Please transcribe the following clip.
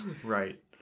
Right